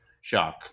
shock